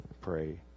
pray